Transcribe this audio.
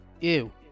Ew